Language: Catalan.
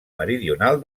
meridional